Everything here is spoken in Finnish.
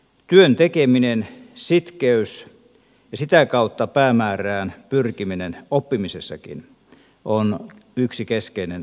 työn tekeminen sitkeys ja sitä kautta päämäärään pyrkiminen oppimisessakin on yksi keskeinen ulottuvuus